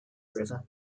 river